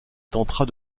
tentera